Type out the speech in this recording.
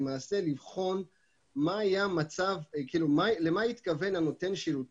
למעשה לבחון למה התכוון נותן השירות